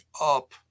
up –